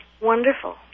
Wonderful